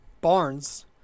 Barnes